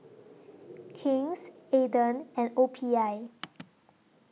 King's Aden and O P I